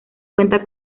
cuenta